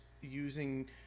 using